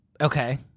Okay